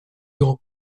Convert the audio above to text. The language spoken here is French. grand